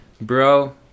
bro